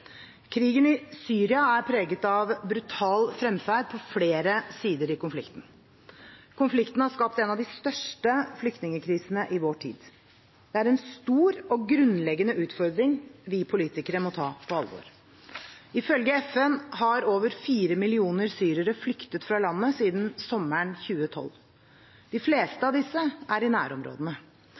Krigen i Syria er preget av brutal fremferd på flere sider i konflikten. Konflikten har skapt en av de største flyktningkrisene i vår tid. Det er en stor og grunnleggende utfordring vi politikere må ta på alvor. Ifølge FN har over 4 millioner syrere flyktet fra landet siden sommeren 2012. De fleste av disse er i nærområdene.